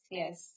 yes